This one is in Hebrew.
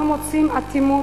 אנו מוצאים אטימות,